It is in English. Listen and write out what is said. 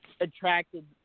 attracted